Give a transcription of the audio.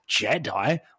Jedi